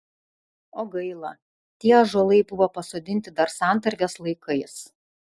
o gaila tie ąžuolai buvo pasodinti dar santarvės laikais